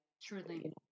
truly